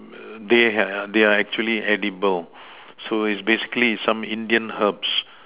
they have they are actually edible so is basically some Indian herbs